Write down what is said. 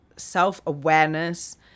self-awareness